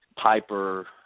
Piper